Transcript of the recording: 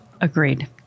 Agreed